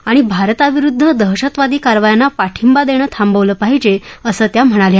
आणि भारताविरुद्ध दहशतवादी कारवायांना पाठिंबा देणं थांबवलं पाहिजे असं त्या म्हणाल्या